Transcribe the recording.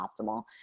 optimal